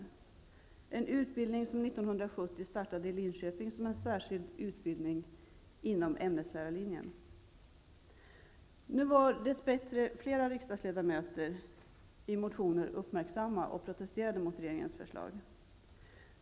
Det är en utbildning som startade 1970 i Linköping som en särskild utbildning inom ämneslärarlinjen. Nu var dess bättre flera riksdagsledamöter uppmärksamma och protesterade mot regeringens förslag i motioner.